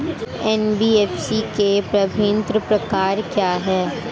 NBFC के विभिन्न प्रकार क्या हैं?